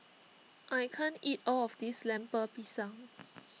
I can't eat all of this Lemper Pisang